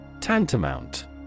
Tantamount